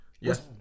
Yes